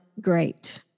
great